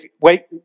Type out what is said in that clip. wait